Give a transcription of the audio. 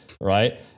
right